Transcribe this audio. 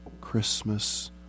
Christmas